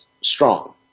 strong